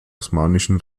osmanischen